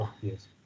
Yes